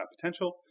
potential